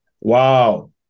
Wow